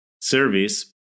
service